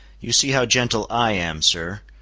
you see how gentle i am, sir.